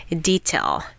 detail